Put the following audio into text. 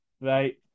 right